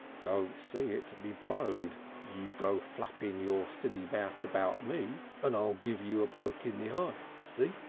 don't see it, be blowed! you go flapping your silly mouth about me and i'll give you a poke in the eye. see?